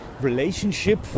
relationship